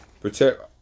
Protect